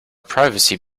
privacy